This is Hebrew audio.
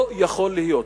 לא יכול להיות,